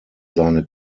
seine